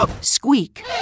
squeak